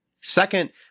Second